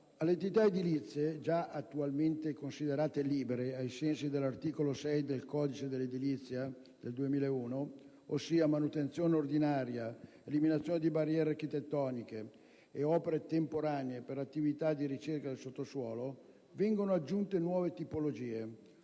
Alle attività edilizie, già attualmente considerate libere ai sensi dell'articolo 6 del codice dell'edilizia del 2001 - vale a dire manutenzione ordinaria, eliminazione di barriere architettoniche e opere temporanee per attività di ricerca nel sottosuolo - vengono aggiunte nuove tipologie